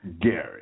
Gary